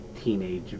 teenage